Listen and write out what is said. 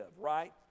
right